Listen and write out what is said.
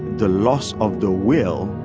the loss of the will,